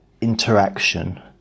interaction